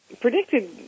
predicted